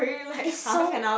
it's so